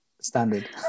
Standard